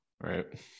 Right